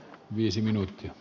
viisi minuuttia